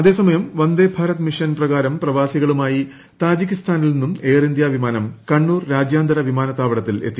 അതേസമയം വന്ദേഭാരത് മിഷൻ പ്രകാരം പ്രവാസികളുമായി താജിക്കിസ്ഥാനിൽ നിന്ന് എയർ ഇന്ത്യ വിമാനം കണ്ണൂർ രാജ്യാന്തര വിമാനത്താവളത്തിലെത്തി